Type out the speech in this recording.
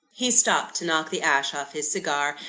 he stopped to knock the ash off his cigar,